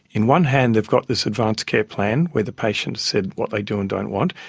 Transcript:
in one hand they've got this advanced care plan where the patient has said what they do and don't want.